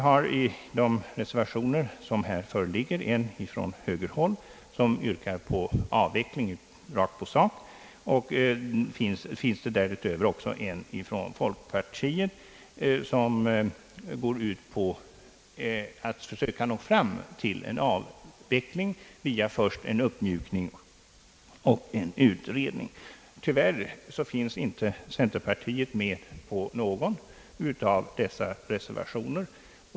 Här föreligger två reservationer, en från högerhåll, som yrkar på avveckling rakt på sak, och en från folkpartiet, som går ut på att man skall nå fram till en avveckling via en uppmjukning och en utredning. Tyvärr finns inte centerpartiet med på någon av dessa reservationer.